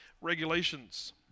regulations